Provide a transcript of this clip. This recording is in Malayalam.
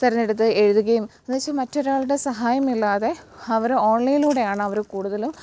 തെരഞ്ഞെടുത്ത് എഴുതുകയും എന്നുവെച്ചാൽ മറ്റൊരാളുടെ സഹായം ഇല്ലാതെ അവർ ഓൺലൈലൂടെയാണ് അവർ കൂടുതലും